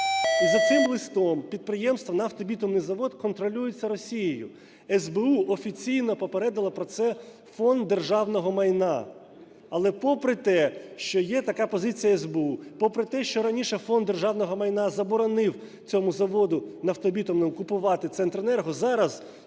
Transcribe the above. за цим листом підприємство "Нафтобітумний завод" контролюється Росією. СБУ офіційно попередила про це Фонд державного майна. Але попри те, що є така позиція СБУ, попри те, що раніше Фонд державного майна заборонив цьому заводу "Нафтобітумному" купувати "Центренерго", зараз